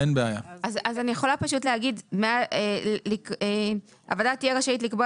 אז אני יכולה פשוט להגיד 'הוועדה תהיה רשאית לקבוע